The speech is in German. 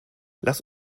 lass